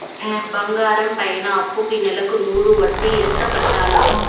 బంగారం పైన అప్పుకి నెలకు నూరు వడ్డీ ఎంత కట్టాలి?